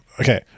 Okay